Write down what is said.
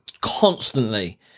Constantly